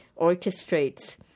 orchestrates